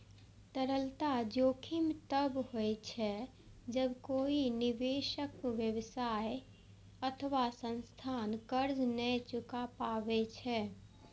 तरलता जोखिम तब होइ छै, जब कोइ निवेशक, व्यवसाय अथवा संस्थान कर्ज नै चुका पाबै छै